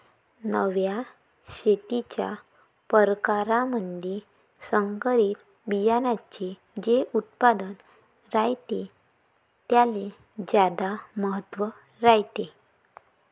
नव्या शेतीच्या परकारामंधी संकरित बियान्याचे जे उत्पादन रायते त्याले ज्यादा महत्त्व रायते